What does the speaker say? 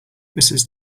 mrs